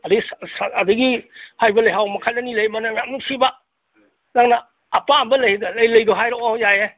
ꯑꯗꯩ ꯑꯗꯒꯤ ꯍꯥꯏꯔꯤꯕ ꯂꯩꯍꯥꯎ ꯃꯈꯜ ꯑꯅꯤ ꯂꯩ ꯃꯅꯝ ꯌꯥꯝ ꯅꯨꯡꯁꯤꯕ ꯅꯪꯅ ꯑꯄꯥꯝꯕ ꯂꯩꯗꯨ ꯍꯥꯏꯔꯛꯑꯣ ꯌꯥꯏꯌꯦ